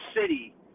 city